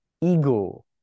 ego